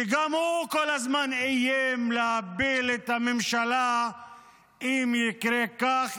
שגם הוא כל הזמן איים להפיל את הממשלה אם יקרה כך,